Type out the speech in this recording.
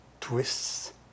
twists